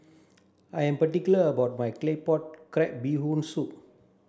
I am particular about my claypot crab bee hoon soup